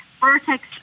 Vertex